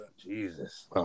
Jesus